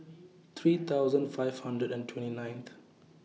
three thousand five hundred and twenty ninth